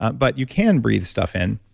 but you can breathe stuff in.